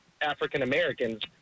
African-Americans